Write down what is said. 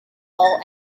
all